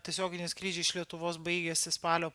tiesioginiai skrydžiai iš lietuvos baigiasi spalio